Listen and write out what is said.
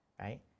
right